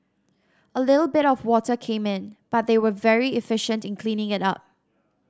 a little bit of water came in but they were very efficient in cleaning it up